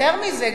יותר מזה,